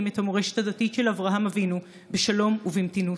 את המורשת הדתית של אברהם אבינו בשלום ובמתינות.